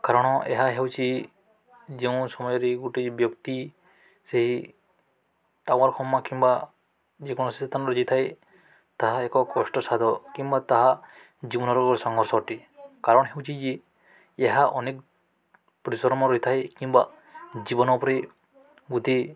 କାରଣ ଏହା ହେଉଛି ଯେଉଁ ସମୟରେ ଗୋଟେ ବ୍ୟକ୍ତି ସେହି ଟାୱର କମା କିମ୍ବା ଯେକୌଣସି ସ୍ଥାନରେ ଯାଇଥାଏ ତାହା ଏକ କଷ୍ଟସାଧ୍ୟ କିମ୍ବା ତାହା ଜୀବନର ସଂଘର୍ଷ ଅଟେ କାରଣ ହେଉଛି ଯେ ଏହା ଅନେକ ପରିଶ୍ରମ ରହିଥାଏ କିମ୍ବା ଜୀବନ ଉପରେ ଗୋତି